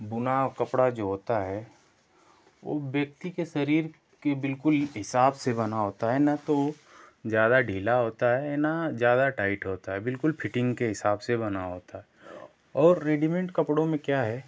बुना कपड़ा जो होता है वो व्यक्ति के शरीर के बिल्कुल हिसाब से बना होता है न तो ज़्यादा ढीला होता है न ज़्यादा टाइट होता है बिल्कुल फिटिंग के हिसाब से बना होता है और रेडीमेंट कपड़ों में क्या है